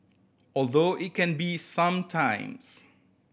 although it can be some times